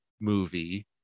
movie